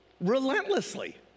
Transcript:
relentlessly